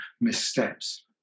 missteps